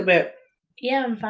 bit yeah, i'm fine.